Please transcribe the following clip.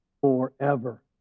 forever